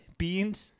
beans